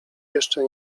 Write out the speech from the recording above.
jeszcze